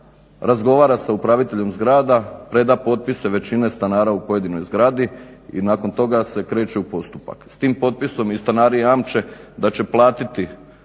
razgovara sa upraviteljem zgrada, preda potpise većine stanara u pojedinoj zgradi i nakon toga se kreće u postupak. S tim potpisom i stanari jamče da će platiti